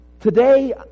Today